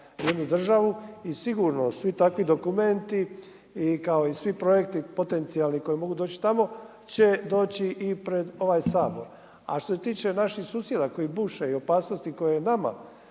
jednu državu i sigurno svi takvi dokumenti i kao i svi projekti potencijalni, koji mogu doći tamo će doći i pred ovaj Sabor. A što se tiče naših susjeda koji buše i opasnosti koje nama